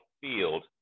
field